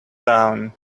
town